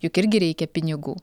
juk irgi reikia pinigų